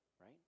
right